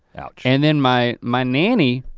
ouch. and then my my nanny,